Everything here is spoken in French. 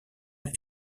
est